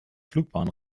flugbahn